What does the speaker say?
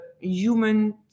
human